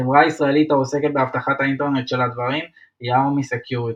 חברה ישראלית העוסקת באבטחת האינטרנט של הדברים היא ארמיס סקיוריטי.